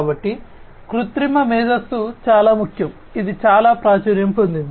కాబట్టి కృత్రిమ మేధస్సు చాలా ముఖ్యం ఇది చాలా ప్రాచుర్యం పొందింది